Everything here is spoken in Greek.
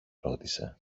ρώτησε